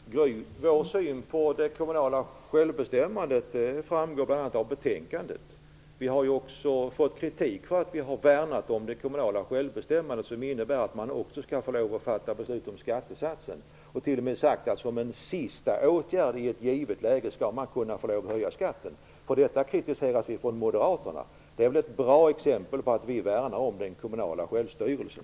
Fru talman! Vår syn på det kommunala självbestämmandet framgår bl.a. av betänkandet. Vi har ju också fått kritik för att vi har värnat om det kommunala självbestämmandet som innebär att man också skall få lov att fatta beslut om skattesatsen. Vi har t.o.m. sagt att man som en sista åtgärd i ett givet läge skall kunna få lov att höja skatten. Vi har kritiserats för detta av moderaterna. Det är väl ett bra exempel på att vi värnar om den kommunala självstyrelsen.